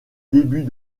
début